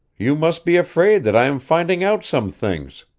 you must be afraid that i am finding out some things,